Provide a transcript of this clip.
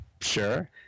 sure